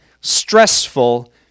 stressful